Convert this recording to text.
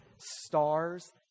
stars